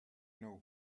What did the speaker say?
know